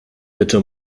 bitte